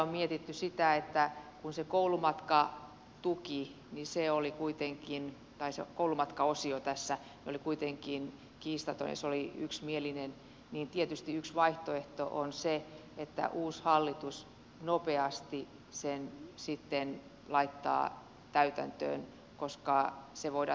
on mietitty sitä että kun se koulumatkaosio tässä oli kuitenkin kiistaton ja se oli yksimielinen niin tietysti yksi vaihtoehto on se että uusi hallitus nopeasti sen sitten laittaa täytäntöön koska se voidaan tehdä